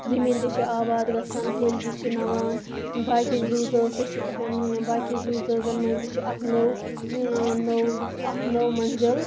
زٔمیٖن تہِ چھِ آباد گژھان کُلۍ تہِ چھِ نَوان باقٕے زوٗ زٲژ تہِ چھِ باقٕے زوٗ زٲژن منٛز تہِ چھِ اکھ نٔو نٔو اکھ نٔو مٔنزِل